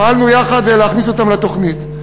פעלנו יחד להכניס אותם לתוכנית.